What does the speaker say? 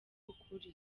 ukuri